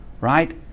right